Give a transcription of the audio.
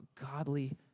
godly